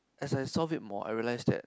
as I solve it more I realize that